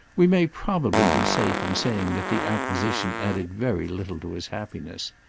we may probably be safe in saying that the acquisition added very little to his happiness.